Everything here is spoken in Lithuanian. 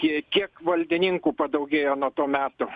tie kiek valdininkų padaugėjo nuo to metų